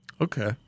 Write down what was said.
Okay